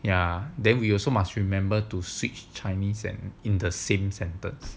ya then we also must remember to switch chinese and in the same sentence